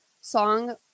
song